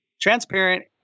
transparent